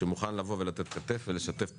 שמוכן לבוא ולתת כתף ולשתף פעלה.